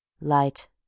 Light